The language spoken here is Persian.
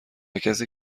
کسی